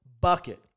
bucket